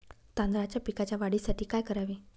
तांदळाच्या पिकाच्या वाढीसाठी काय करावे?